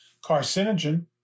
carcinogen